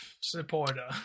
supporter